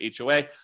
HOA